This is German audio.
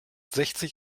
sechzig